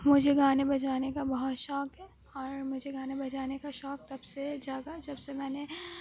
مجھے گانے بجانے کا بہت شوق ہے اور مجھے گانے بجانے کا شوق تب سے ہے زیادہ جب سے میں نے